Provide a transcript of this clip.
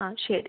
ആ ശരി